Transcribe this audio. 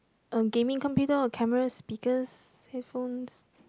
a gaming computer or cameras speakers headphones